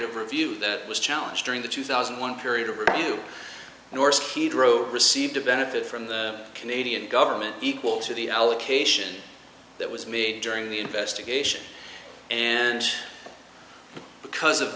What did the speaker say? of review that was challenged during the two thousand and one period of review norsk hydro received a benefit from the canadian government equal to the allocation that was made during the investigation and because of